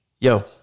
Yo